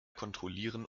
kontrollieren